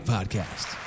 Podcast